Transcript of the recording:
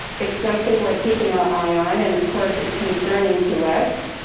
it's something we're keeping our eye on. and of course it's concerning to us.